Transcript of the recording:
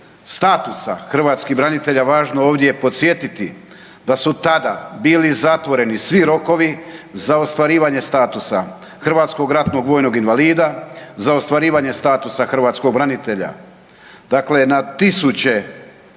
statusa hrvatskih branitelja važno ovdje podsjetiti da su tada bili zatvoreni svi rokovi za ostvarivanje statusa hrvatskog ratnog vojnog invalida, za ostvarivanje statusa hrvatskog branitelja. Dakle, na tisuće